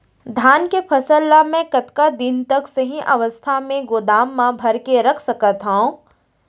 धान के फसल ला मै कतका दिन तक सही अवस्था में गोदाम मा भर के रख सकत हव?